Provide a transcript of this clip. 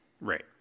Right